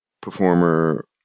performer